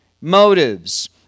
motives